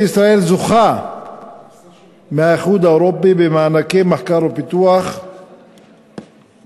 ישראל זוכה מהאיחוד האירופי במענקי מחקר ופיתוח גדולים